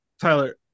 Tyler